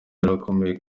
birakomeye